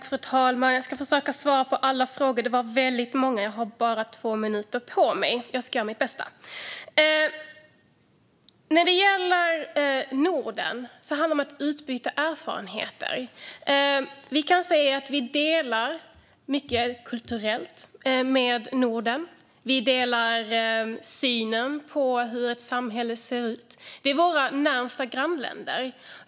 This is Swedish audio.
Fru talman! Jag ska försöka svara på alla frågor. Det var väldigt många, och jag har bara två minuter på mig. Jag ska göra mitt bästa! När det gäller Norden handlar det om att utbyta erfarenheter. Vi kan se att vi delar mycket kulturellt med Norden. Vi delar synen på hur ett samhälle ser ut. Det är våra närmaste grannländer.